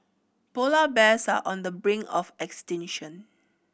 polar bears are on the brink of extinction